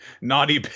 naughty